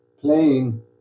playing